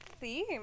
theme